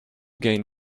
gain